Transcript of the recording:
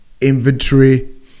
inventory